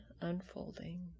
unfolding